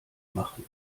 machen